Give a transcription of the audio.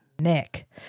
nick